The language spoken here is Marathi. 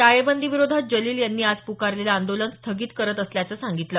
टाळेबंदीविरोधात जलिल यांनी आज प्कारलेलं आंदोलन स्थगित करत असल्याचं सांगितलं